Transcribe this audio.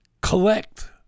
collect